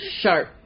sharp